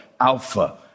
Alpha